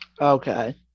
Okay